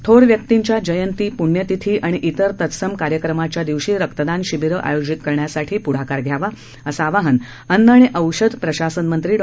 थोर व्यक्तींच्या जयंती पृण्यतिथी आणि इतर तत्सम कार्यक्रमाच्या दिवशी रक्तदान शिबीरं आयोजित करण्यासाठी पुढाकार घ्यावा असं आवाहन अन्न आणि औषध प्रशासनमंत्री डॉ